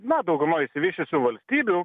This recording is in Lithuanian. na daugumoj išsivysčiusių valstybių